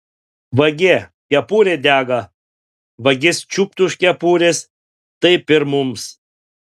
vagie kepurė dega vagis čiupt už kepurės taip ir mums